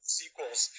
sequels